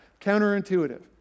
Counterintuitive